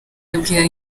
yabwiye